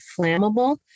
flammable